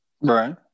Right